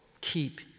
keep